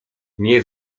nie